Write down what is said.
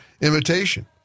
imitation